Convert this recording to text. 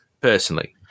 personally